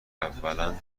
اولا